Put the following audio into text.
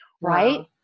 Right